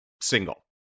single